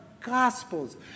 Gospels